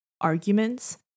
arguments